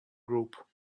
group